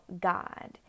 god